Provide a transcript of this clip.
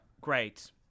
Great